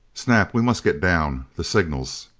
snap, we must get down. the signals.